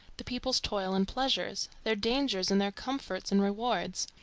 the people's toil and pleasures, their dangers and their comforts and rewards.